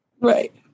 right